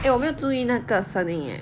eh 我没有注意那个声音 leh